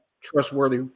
trustworthy